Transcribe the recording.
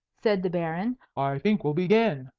said the baron, i think we'll begin.